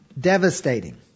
devastating